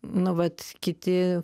nu vat kiti